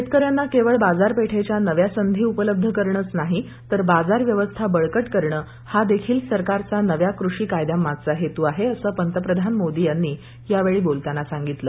शेतकऱ्यांना केवळ बाजारपेठेच्या नव्या संधी उपलब्ध करणंच नाही तर बाजार व्यवस्था बळकट करणं हा देखील सरकारचा नव्या कृषी कायद्यांमागचा हेतू आहे असं पंतप्रधान मोदी यांनी यावेळी बोलताना सांगितलं